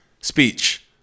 Speech